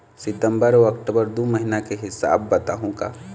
सितंबर अऊ अक्टूबर दू महीना के हिसाब बताहुं का?